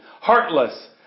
heartless